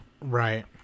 right